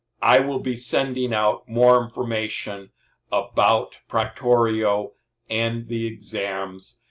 i will be sending out more information about proctorio and the exams